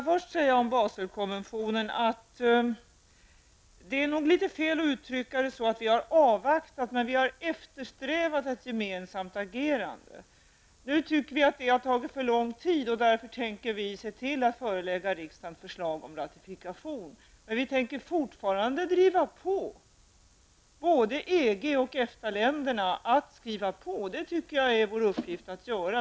Herr talman! Det är nog litet fel att säga att vi har avvaktat i fråga om Baselkonventionen. Vi har eftersträvat ett gemensamt agerande. Vi anser nu att det har tagit för lång tid, och vi tänker därför se till att förelägga riksdagen förslag om ratifikation. Vi tänker fortfarande driva på både EG och EFTA-länderna att skriva under, och jag menar att detta är vår uppgift.